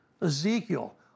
Ezekiel